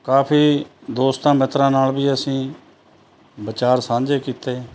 ਕਾਫ਼ੀ ਦੋਸਤਾਂ ਮਿੱਤਰਾਂ ਨਾਲ ਵੀ ਅਸੀਂ ਵਿਚਾਰ ਸਾਂਝੇ ਕੀਤੇ